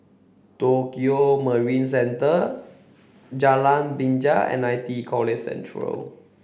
Tokio Marine Centre Jalan Binja and I T E College Central